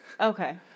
Okay